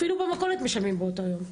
אפילו במכולת משלמים באותו יום.